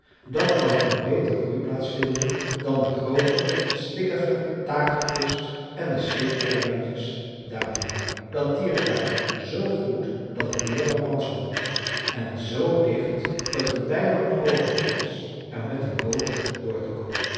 dat kan geen beter groeiplaats vinden dan de groote slikkige takerkust en de slikeilandjes daarom heen dat tiert daar z goed dat het meer dan manshoog wordt en z dicht dat het bijna onmogelijk is er met een boot door te komen